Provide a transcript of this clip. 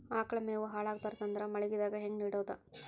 ಆಕಳ ಮೆವೊ ಹಾಳ ಆಗಬಾರದು ಅಂದ್ರ ಮಳಿಗೆದಾಗ ಹೆಂಗ ಇಡೊದೊ?